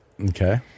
Okay